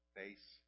face